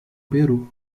peru